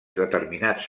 determinats